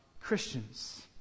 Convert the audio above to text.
Christians